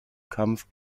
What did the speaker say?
kampf